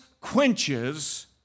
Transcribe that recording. quenches